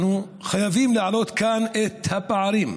אנחנו חייבים להעלות כאן את הפערים,